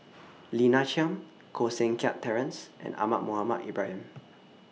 Lina Chiam Koh Seng Kiat Terence and Ahmad Mohamed Ibrahim